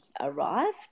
arrived